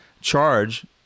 charge